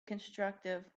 constructive